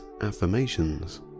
affirmations